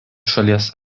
šalies